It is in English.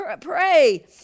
Pray